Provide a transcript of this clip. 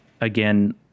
again